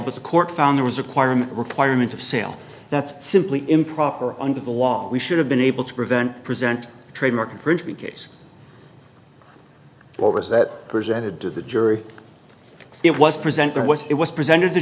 but the court found there was acquirement requirement of sale that's simply improper under the law we should have been able to prevent present trademark infringement case what was that presented to the jury it was present there was it was presented the